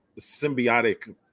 symbiotic